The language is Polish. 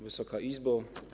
Wysoka Izbo!